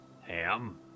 Ham